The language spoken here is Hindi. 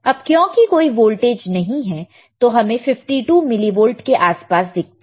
अब क्योंकि कोई वोल्टेज नहीं है तो हमें 52 मिली वोल्ट के आसपास दिखता है